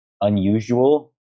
unusual